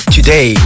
today